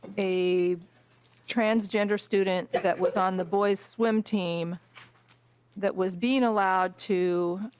a transgender student that was on the boys swim team that was being allowed to